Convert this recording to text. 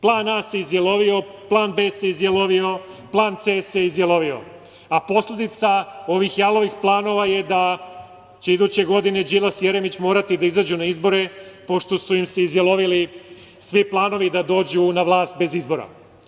Plan A se izjalovio, plan B se izjalovio, plan C se izjalovio, a posledica ovih jalovih planova je da će iduće godine Đilas i Jeremić morati da izađu na izbore, pošto su im se izjalovili svi planovi da dođu na vlast bez izbora.